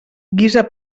guisa